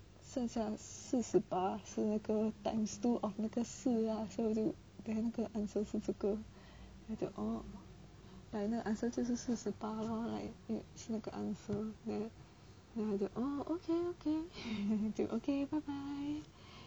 剩下四十八是那个 times two of 那个四啦所以我就 then 那个 answer 是这个他讲 like answer 就是四十八 lor 是那个 answer then 他就 ah okay okay 就 okay bye bye